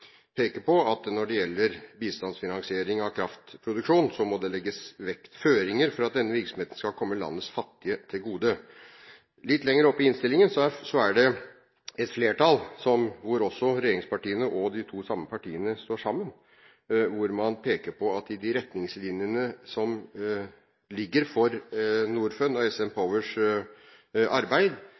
peker på at når det gjelder bistandsfinansiering av kraftproduksjon, så må det legges føringer for at denne virksomheten skal komme landets fattige til gode. Litt lenger oppe i innstillingen er det et flertall hvor også regjeringspartiene og de to samme partiene står sammen, hvor man peker på at i de retningslinjene som ligger for Norfunds og SN Powers arbeid,